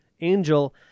Angel